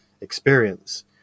experience